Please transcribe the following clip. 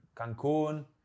Cancun